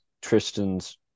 Tristan's